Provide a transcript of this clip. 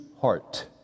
heart